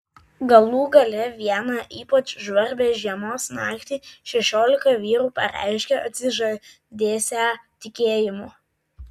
galų gale vieną ypač žvarbią žiemos naktį šešiolika vyrų pareiškė atsižadėsią tikėjimo